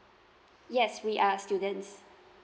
yes we are students